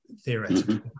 theoretically